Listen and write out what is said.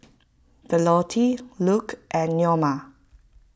Violette Luke and Neoma